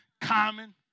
common